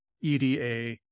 EDA